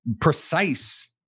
precise